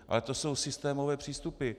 Ale to jsou systémové přístupy.